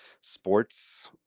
sports